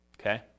Okay